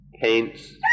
paints